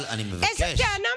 שקרנית.